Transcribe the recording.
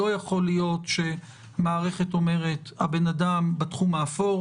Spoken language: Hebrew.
לא יכול להיות שמערכת אומרת: הבן אדם בתחום האפור,